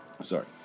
sorry